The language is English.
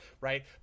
right